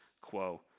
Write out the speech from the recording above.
quo